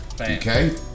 Okay